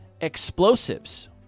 explosives